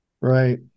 right